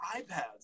iPads